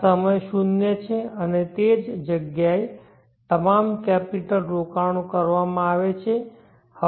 આ સમય શૂન્ય છે અને તે જ જગ્યાએ તમામ કેપિટલરોકાણો કરવામાં આવે છે